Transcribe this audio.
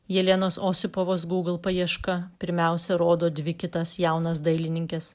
jelenos osipovos google paieška pirmiausia rodo dvi kitas jaunas dailininkes